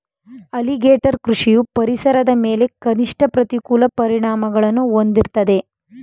alligator ಕೃಷಿಯು ಪರಿಸರದ ಮೇಲೆ ಕನಿಷ್ಠ ಪ್ರತಿಕೂಲ ಪರಿಣಾಮಗಳನ್ನು ಹೊಂದಿರ್ತದೆ